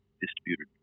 distributed